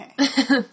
okay